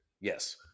Yes